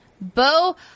Bo